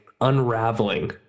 unraveling